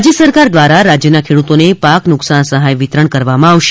રાજ્ય સરકાર દ્વારા રાજ્યના ખેડૂતોને પાક નુકસાન સહાય વિતરણ કરવામાં આવશે